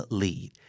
lead